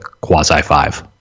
quasi-five